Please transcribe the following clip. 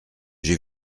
j’ai